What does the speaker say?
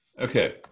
Okay